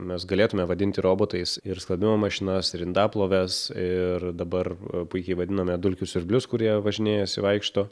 mes galėtume vadinti robotais ir skalbimo mašinas ir indaploves ir dabar puikiai vadiname dulkių siurblius kurie važinėjasi vaikšto